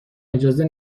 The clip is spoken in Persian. اجازه